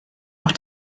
auch